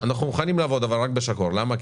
אנחנו מוכנים לעבוד, אבל רק בשחור, למה?